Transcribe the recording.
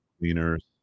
cleaners